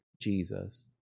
jesus